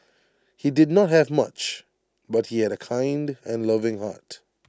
he did not have much but he had A kind and loving heart